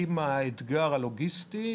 עם האתגר הלוגיסטי,